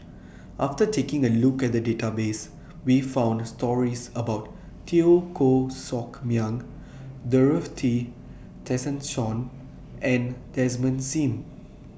after taking A Look At The Database We found stories about Teo Koh Sock Miang Dorothy Tessensohn and Desmond SIM